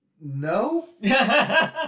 No